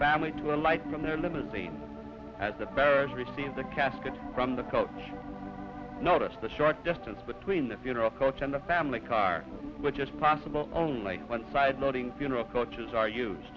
family to alight from their limousine as the parents receive the casket from the cult should notice the short distance between the funeral coach and the family car which is possible only one side loading funeral coaches are use